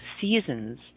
seasons